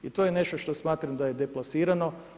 I to je nešto što smatram da je deplasirano.